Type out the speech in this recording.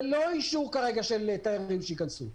ללא אישור כרגע של תיירים שייכנסו,